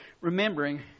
remembering